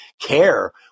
care